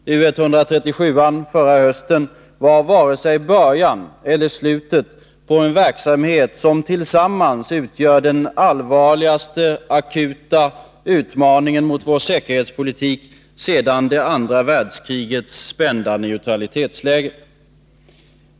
U 137 förra hösten var inte vare sig början eller slutet på en verksamhet som utgör den allvarligaste akuta utmaningen mot vår säkerhetspolitik sedan det andra världskrigets spända neutralitetsläge.